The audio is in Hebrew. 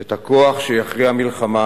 את הכוח שיכריע מלחמה,